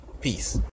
peace